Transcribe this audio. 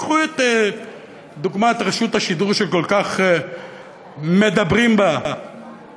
קחו את דוגמת רשות השידור שכל כך מדברים בה לאחרונה,